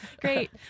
Great